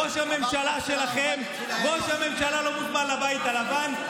ראש הממשלה שלכם, ראש הממשלה, לא מוזמן לבית הלבן.